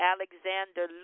Alexander